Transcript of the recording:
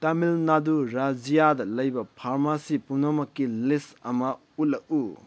ꯇꯥꯃꯤꯜ ꯅꯥꯗꯨ ꯔꯥꯖ꯭ꯌꯗ ꯂꯩꯕ ꯐꯥꯔꯃꯥꯁꯤ ꯄꯨꯝꯅꯃꯛꯀꯤ ꯂꯤꯁ ꯑꯃ ꯎꯠꯂꯛꯎ